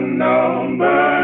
number